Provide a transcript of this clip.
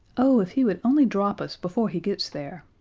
oh, if he would only drop us before he gets there!